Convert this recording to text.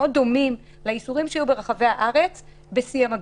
דומים לאיסורים שהיו ברחבי הארץ בשיא המגפה.